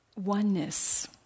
oneness